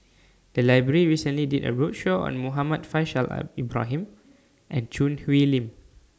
The Library recently did A roadshow on Muhammad Faishal Ibrahim and Choo Hwee Lim